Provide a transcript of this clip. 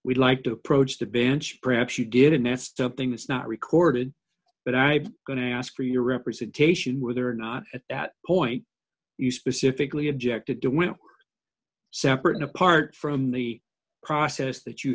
we'd like to approach the bench perhaps you get an estimate thing that's not recorded but i'm going to ask for your representation whether or not at that point you specifically objected to will separate and apart from the process that you